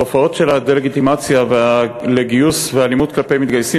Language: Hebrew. התופעות של הדה-לגיטימציה לגיוס והאלימות כלפי מתגייסים